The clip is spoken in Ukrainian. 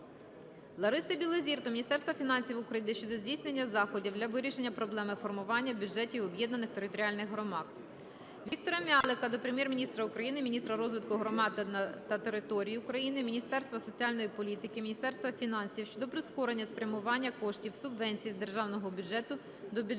Лариси Білозір до міністерства фінансів України щодо здійснення заходів для вирішення проблеми формування бюджетів об'єднаних територіальних громад. Віктора М'ялика до Прем'єр-міністра України, міністра розвитку громад та територій України, міністра соціальної політики України, міністра фінансів щодо прискорення спрямування коштів субвенції з державного бюджету до бюджету